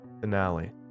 Finale